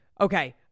Okay